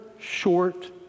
short